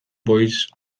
voice